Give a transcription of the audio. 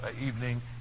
evening